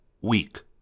weak